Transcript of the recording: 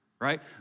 right